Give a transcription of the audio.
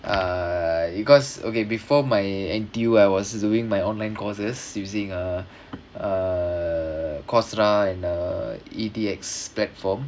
uh because okay before my N_T_U I was doing my online courses using uh uh coursera and uh E_D_X platform